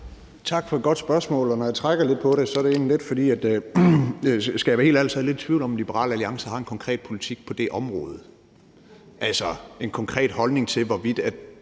Tak for et godt spørgsmål. Når jeg trækker lidt på det, er det egentlig lidt, fordi jeg, hvis jeg skal være helt ærlig, er lidt i tvivl om, hvorvidt Liberal Alliance har en konkret politik på det område, altså en konkret holdning til, hvorvidt